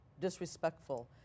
disrespectful